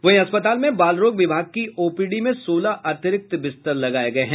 वहीं अस्पताल में बालरोग विभाग की ओपीडी में सोलह अतिरिक्त बिस्तर लगाए गए हैं